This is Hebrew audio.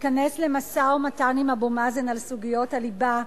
ייכנס למשא-ומתן עם אבו מאזן על סוגיות הליבה,